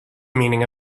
meaning